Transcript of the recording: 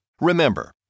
Remember